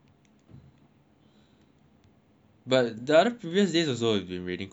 but the other previous days as well raining quite a lot I feel